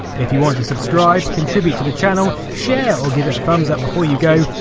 if you want to subscribe, contribute to the channel, share or give it a thumbs up before you go,